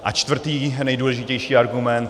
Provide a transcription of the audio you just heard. A čtvrtý nejdůležitější argument.